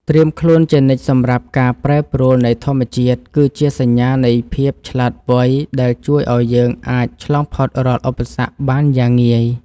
ត្រៀមខ្លួនជានិច្ចសម្រាប់ការប្រែប្រួលនៃធម្មជាតិគឺជាសញ្ញានៃភាពឆ្លាតវៃដែលជួយឱ្យយើងអាចឆ្លងផុតរាល់ឧបសគ្គបានយ៉ាងងាយ។